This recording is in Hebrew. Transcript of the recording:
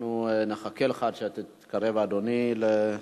אנחנו נחכה לך עד שתתקרב, אדוני, להצבעה.